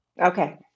Okay